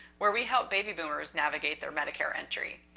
where we help baby boomers navigate their medicare entry.